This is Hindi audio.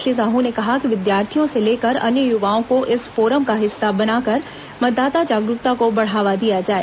श्री साह ने कहा कि विद्यार्थियों से लेकर अन्य युवाओं को इस फोरम का हिस्सा बनाकर मतदाता जागरूकता को बढ़ावा दिया जाए